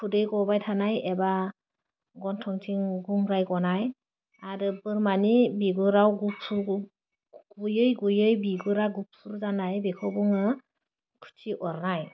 खुदै गबाय थानाय एबा गन्थंथिं गुंग्राइ गनाय आरो बोरमानि बिगुराव गुफुर गुयै गुयै बिगुरा गुफुर जानाय बेखौ बुङो खुसि अरनाय